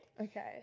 Okay